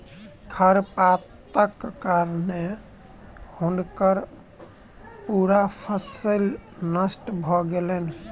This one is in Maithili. खरपातक कारणें हुनकर पूरा फसिल नष्ट भ गेलैन